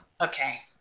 Okay